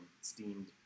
steamed